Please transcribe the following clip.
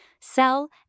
sell